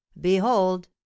behold